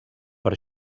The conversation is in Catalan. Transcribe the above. per